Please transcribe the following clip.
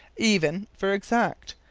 even for exact.